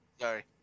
Sorry